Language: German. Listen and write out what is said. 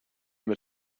mit